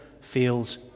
feels